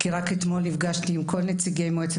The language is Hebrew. כי רק אתמול נפגשתי עם כל נציגי מועצת